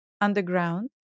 underground